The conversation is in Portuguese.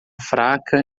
fraca